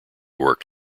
worked